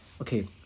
Okay